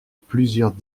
plusieurs